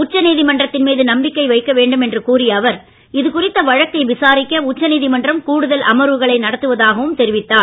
உச்சநீதிமன்றத்தின் மீது நம்பிக்கை வைக்க வேண்டும் என்று கூறிய அவர் இதுகுறித்த வழக்கை விசாரிக்க உச்சநீதிமன்றம் கூடுதல் அமர்வுகளை நடத்துவதாகவும் தெரிவித்தார்